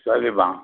சரிம்மா